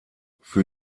für